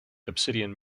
obsidian